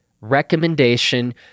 recommendation